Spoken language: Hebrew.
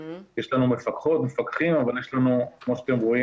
יש לנו מפקחות ומפקחים ויש לנו כמו שאתם רואים